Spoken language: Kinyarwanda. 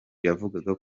yavugaga